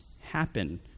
happen